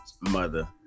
mother